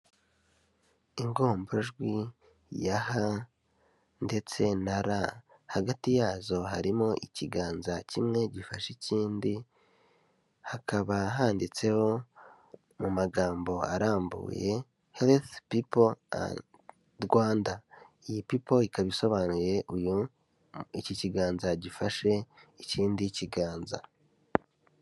Ingombajwi ya H ndetse na R, hagati yazo harimo ikiganza kimwe gifashe ikindi, hakaba handitseho mu magambo arambuye health people Rwanda. Iyi people ikaba isobanuye iki kiganza gifashe ikindi kiganza.